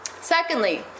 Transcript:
Secondly